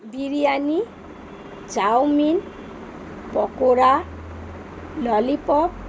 biryani chowmein pakora lollipop